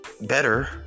better